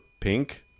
pink